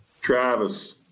Travis